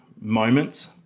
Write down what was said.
moments